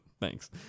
thanks